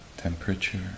Temperature